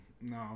No